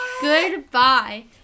goodbye